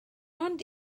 ond